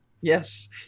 Yes